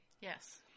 Yes